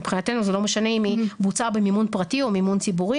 מבחינתנו זה לא משנה אם היא בוצעה במימון פרטי או מימון ציבורי.